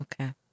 Okay